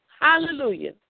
Hallelujah